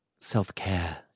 self-care